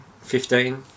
Fifteen